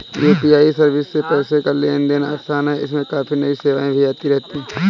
UPI service से पैसे का लेन देन आसान है इसमें काफी नई सेवाएं भी आती रहती हैं